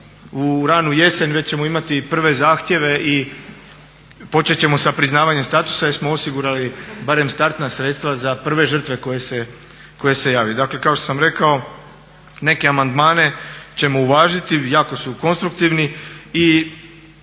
u ranu jasen već ćemo imati prve zahtjeve i počete ćemo sa priznavanjem statusa jer smo osigurali barem startna sredstva za prve žrtve koje se jave. Dakle, kao što sam rekao neke amandmane ćemo uvažiti, jako su konstruktivni.